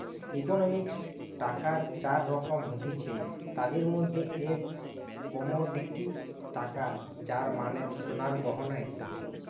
ইকোনমিক্সে টাকার চার রকম হতিছে, তাদির মধ্যে এক কমোডিটি টাকা যার মানে সোনার গয়না ইত্যাদি